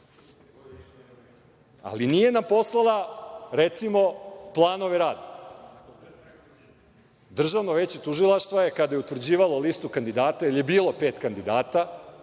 ali nije nam poslala, recimo, planove rada. Državno veće tužilaca je, kada je utvrđivalo listu kandidata, jer je bilo pet kandidata,